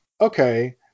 okay